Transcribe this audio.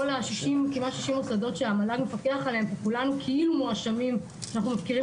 כמעט 60 מוסדות שהמל"ג מפקח עליהם כי כולנו כאילו מואשמים שאנחנו מפקירים